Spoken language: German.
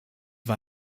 war